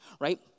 right